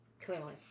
Clearly